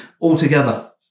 altogether